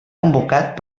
convocat